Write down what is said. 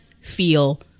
feel